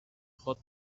hot